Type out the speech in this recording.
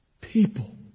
People